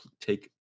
take